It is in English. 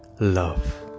Love